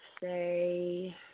say